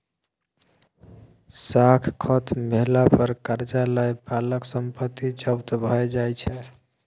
साख खत्म भेला पर करजा लए बलाक संपत्ति जब्त भए जाइ छै